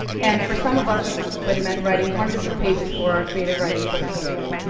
and for some of us this discipline meant writing hundreds of pages for our creative writing portfolio.